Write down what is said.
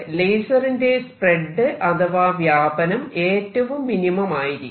ലേസറിന്റെ spread അഥവാ വ്യാപനം ഏറ്റവും മിനിമം ആയിരിക്കും